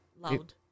Loud